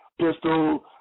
pistol